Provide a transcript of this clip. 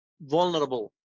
vulnerable